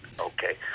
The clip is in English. okay